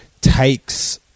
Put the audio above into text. takes